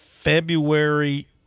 February